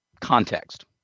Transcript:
context